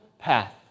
path